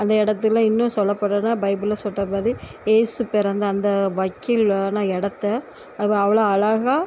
அந்த இடத்துல இன்னும் சொல்ல போனன்னா பைபிளில் சொல்கிறாமாதி இயேசு பிறந்த அந்த வைக்கில்லான இடத்த அவ்வளோ அழகா